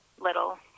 little